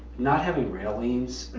not having railings.